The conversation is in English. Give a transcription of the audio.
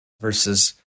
versus